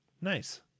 Nice